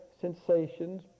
sensations